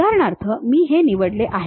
उदाहरणार्थ हे मी निवडले आहे